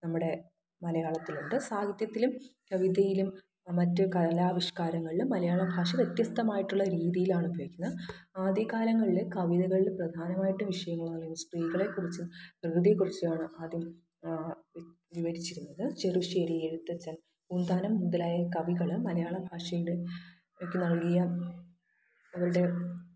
നമ്മുടെ മലയാളത്തിലുണ്ട് സാഹിത്യത്തിലും കവിതയിലും മറ്റു കലാവിഷ്കാരങ്ങളിലും മലയാള ഭാഷ വ്യത്യസ്തമായിട്ടുള്ള രീതിയിലാണ് ഉപയോഗിക്കുന്നത് ആദ്യകാലങ്ങളിൽ കവിതകളിൽ പ്രധാനമായിട്ടും വിഷയങ്ങളെന്ന് പറയുമ്പോൾ സ്ത്രീകളെക്കുറിച്ചും പ്രകൃതിയെക്കുറിച്ചുവാണ് ആദ്യം ആ വിവരിച്ചിരുന്നത് ചെറുശ്ശേരി എഴുത്തച്ഛൻ പൂന്താനം മുതലായ കവികൾ മലയാള ഭാഷയുടെ യ്ക്ക് നൽകിയ അവരുടെ